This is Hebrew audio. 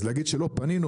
אז להגיד שלא פנינו,